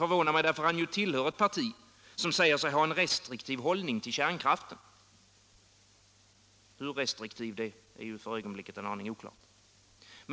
Han tillhör ju ett parti som säger sig ha en restriktiv hållning till kärnkraften — hur restriktiv är för ögonblicket en aning oklart.